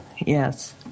Yes